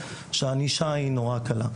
שהענישה היא נורא קלה.